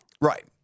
Right